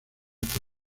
hasta